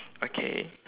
okay